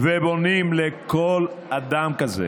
ובונים לכל אדם כזה